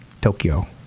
Tokyo